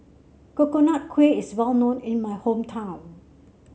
Coconut Kuih is well known in my hometown